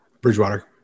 Bridgewater